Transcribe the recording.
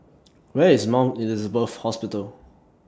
Where IS Mount Elizabeth Hospital